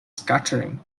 scattering